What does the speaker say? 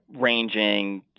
ranging